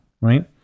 right